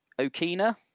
Okina